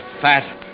fat